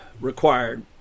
required